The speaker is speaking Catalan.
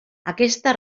aquesta